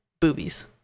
boobies